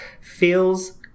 Feels